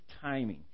timing